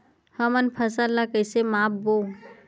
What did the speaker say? हमन फसल ला कइसे माप बो?